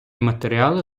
матеріали